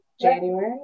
January